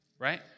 right